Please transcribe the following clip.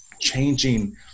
changing